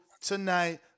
tonight